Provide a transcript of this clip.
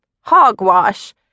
Hogwash